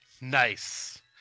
Nice